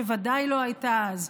שוודאי לא הייתה אז,